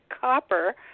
copper